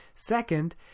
Second